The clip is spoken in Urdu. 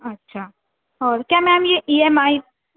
اچھا اور کیا میم یہ ای ایم آئی